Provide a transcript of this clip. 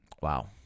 Wow